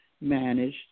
managed